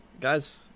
Guys